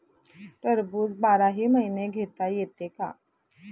टरबूज बाराही महिने घेता येते का?